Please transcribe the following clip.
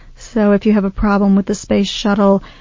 so if you have a problem with the space shuttle,